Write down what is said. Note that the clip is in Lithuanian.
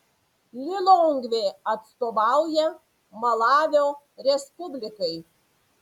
lilongvė atstovauja malavio respublikai